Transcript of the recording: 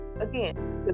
again